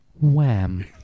wham